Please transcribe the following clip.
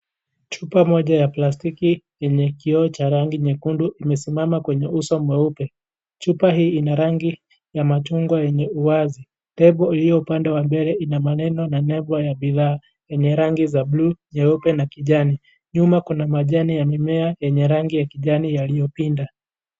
Chupa mmoja ya plastiki yenye kioo cha rangi nyekundu imesimama kwenye uso mweupe chupa hii ina rangi ya machungwa yenye uwazi ,nembo iliyo upande wa mbele ina maeneo na nembo ya bidhaa yenye rangi za bluu, nyeupe na kijani nyuma kuna majani ya mmea yenye rangi ya kijani yaliyo pinda.